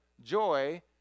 joy